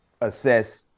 assess